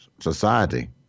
society